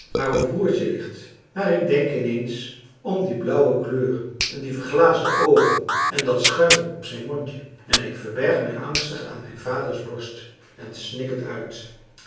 of broertje ligt maar ik denk in eens om die blauwe kleur en die verglaasde oogen en dat schuim op zijn mondje en ik verberg mij angstig aan mijn vaders borst en snik het uit